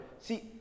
See